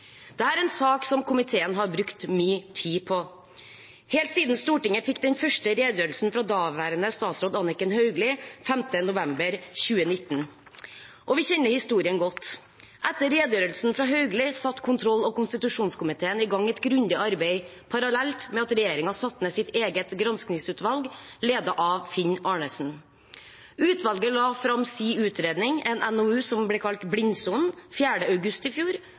er en sak komiteen har brukt mye tid på helt siden Stortinget fikk den første redegjørelsen fra daværende statsråd Anniken Hauglie 5. november 2019. Vi kjenner historien godt. Etter redegjørelsen fra Hauglie satte kontroll- og konstitusjonskomiteen i gang et grundig arbeid parallelt med at regjeringen satte ned sitt eget granskingsutvalg, ledet av Finn Arnesen. Utvalget la fram sin utredning, en NOU som ble kalt Blindsonen, 4. august i fjor,